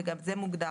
וגם זה מוגדר.